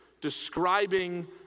describing